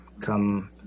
come